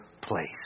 place